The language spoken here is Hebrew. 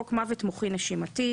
בחוק מוות מוחי-נשימתי,